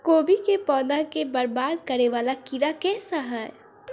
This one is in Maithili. कोबी केँ पौधा केँ बरबाद करे वला कीड़ा केँ सा है?